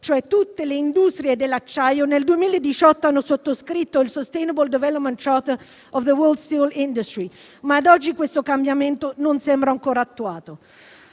(cioè tutte le industrie dell'acciaio nel 2018) ha infatti sottoscritto il *Sustainable development charter of the world* *steel industry*, ma ad oggi questo cambiamento non sembra ancora attuato.